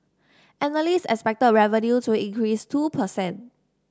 analysts expected revenue to increase two per cent